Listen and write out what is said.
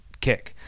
kick